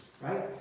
right